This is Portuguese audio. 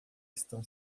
estão